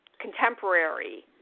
Contemporary